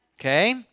Okay